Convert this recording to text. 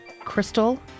Crystal